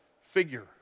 figure